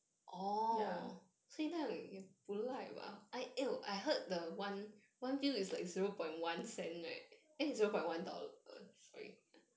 ya